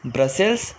Brussels